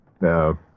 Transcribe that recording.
No